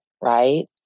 Right